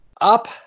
up